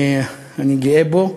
אני גאה בו.